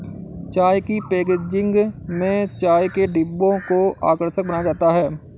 चाय की पैकेजिंग में चाय के डिब्बों को आकर्षक बनाया जाता है